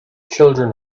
children